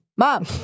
Mom